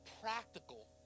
practical